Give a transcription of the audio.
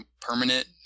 permanent